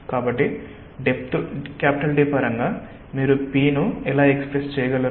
కాబట్టి depth D పరంగా మీరు p ను ఎలా ఎక్స్ప్రెస్ చేయగలరు